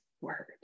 word